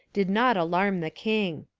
did not alarm the king.